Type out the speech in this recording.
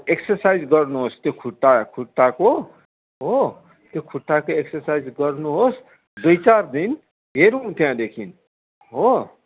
exercise गर्नुहोस् त्यो खुट्टा खुट्टाको हो त्यो खुट्टाको एक्सर्साइज गर्नुहोस् दुई चार दिन हेरौँ त्यहाँदेखिन् हो